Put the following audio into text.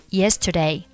yesterday